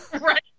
Right